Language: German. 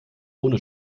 ohne